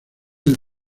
del